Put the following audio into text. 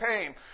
pain